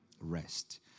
Rest